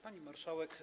Pani Marszałek!